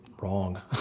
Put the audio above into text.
wrong